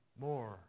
more